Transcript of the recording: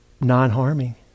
non-harming